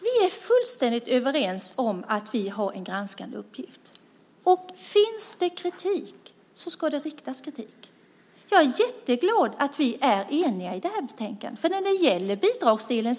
Fru talman! Vi är fullständigt överens om att vi har en granskande uppgift. Finns det kritik, så ska det riktas kritik. Jag är jätteglad att vi är eniga i det här betänkandet. Vi är kritiska när det gäller bidragsdelen.